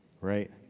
right